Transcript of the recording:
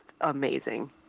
amazing